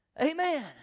Amen